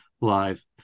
live